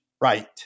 right